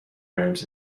rooms